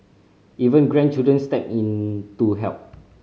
even grandchildren step in to help